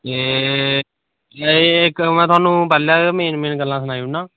में में थाह्नूं पैह्लें गै मेन मेन गल्लां सनाई ओड़ना